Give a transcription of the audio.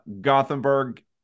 Gothenburg